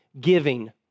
giving